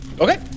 Okay